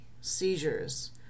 seizures